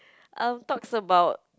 uh talks about